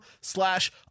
slash